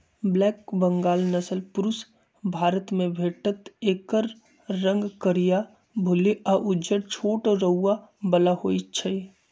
black Bengal नसल पुरुब भारतमे भेटत एकर रंग करीया, भुल्ली आ उज्जर छोट रोआ बला होइ छइ